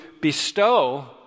bestow